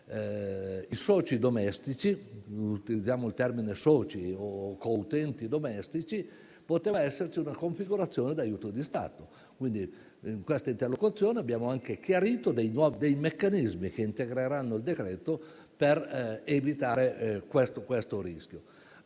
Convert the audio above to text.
qualora fossero venuti meno i soci (o co-utenti) domestici, poteva esserci una configurazione di aiuto di Stato. Quindi in questa interlocuzione abbiamo anche chiarito dei meccanismi che integreranno il decreto per evitare tale rischio.